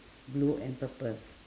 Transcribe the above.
blue and purple